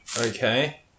Okay